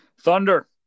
Thunder